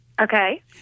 Okay